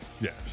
Yes